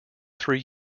three